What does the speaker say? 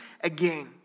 again